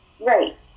Right